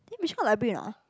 then Bishan got library or not ah